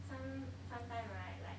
some sometime right like